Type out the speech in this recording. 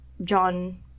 John